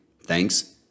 Thanks